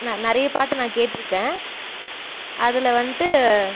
நான் நிறையா பாட்டு நான் கேட்டிருக்கேன் அதில் வன்ட்டு